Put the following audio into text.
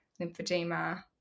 lymphedema